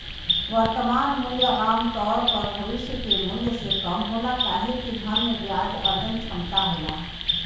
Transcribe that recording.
वर्तमान मूल्य आमतौर पर भविष्य के मूल्य से कम होला काहे कि धन में ब्याज अर्जन क्षमता होला